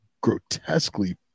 grotesquely